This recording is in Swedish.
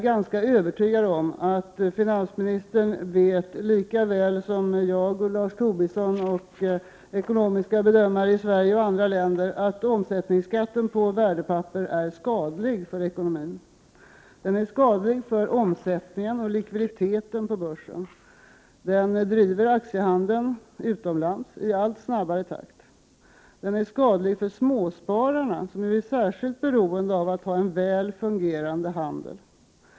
Jag är övertygad om att finansministern vet, lika väl som Lars Tobisson och jag och ekonomiska bedömare i Sverige och andra länder, att omsättningsskatten på värdepapper är skadlig för ekonomin. Den är skadlig för omsättningen och likviditeten på börsen. Den driver aktiehandeln utomlands i allt snabbare takt. Den är skadlig för småspararna som är särskilt beroende av att ha en väl fungerande handel.